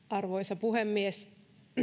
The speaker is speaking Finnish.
arvoisa puhemies